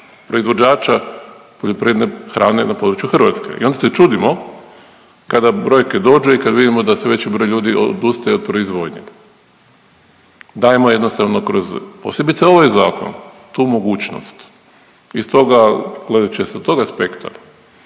proizvođača poljoprivredne hrane na području Hrvatske. I onda se čudimo kada brojke dođu i kad vidimo da veći broj ljudi odustaje od proizvodnje, dajemo jednostavno kroz posebice ovaj zakon tu mogućnost. I stoga gledajući sa tog aspekta